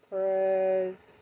Press